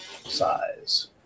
size